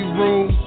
room